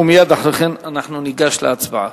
ומייד אחרי כן אנחנו ניגש להצבעה.